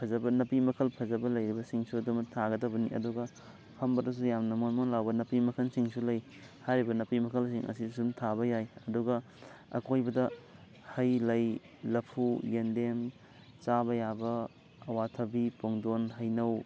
ꯐꯖꯕ ꯅꯥꯄꯤ ꯃꯈꯜ ꯐꯖꯕ ꯂꯩꯔꯤꯕꯁꯤꯡꯁꯨ ꯑꯗꯨꯃꯛ ꯊꯥꯒꯗꯕꯅꯤ ꯑꯗꯨꯒ ꯐꯝꯕꯗꯁꯨ ꯌꯥꯝꯅ ꯃꯣꯟ ꯃꯣꯟ ꯂꯥꯎꯕ ꯅꯥꯄꯤ ꯃꯈꯜꯁꯤꯡꯁꯨ ꯂꯩ ꯍꯥꯏꯔꯤꯕ ꯅꯥꯄꯤ ꯃꯈꯜꯁꯤꯡ ꯑꯁꯤ ꯁꯨꯝ ꯊꯥꯕ ꯌꯥꯏ ꯑꯗꯨꯒ ꯑꯀꯣꯏꯕꯗ ꯍꯩ ꯂꯩ ꯂꯐꯨ ꯌꯦꯟꯗꯦꯝ ꯆꯥꯕ ꯌꯥꯕ ꯑꯋꯥꯊꯕꯤ ꯄꯨꯡꯗꯣꯟ ꯍꯩꯅꯧ